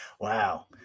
wow